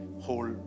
whole